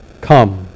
come